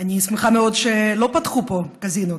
אני שמחה מאוד שלא פתחו פה קזינו,